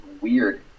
weird